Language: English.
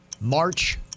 March